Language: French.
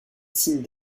signe